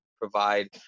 provide